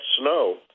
snow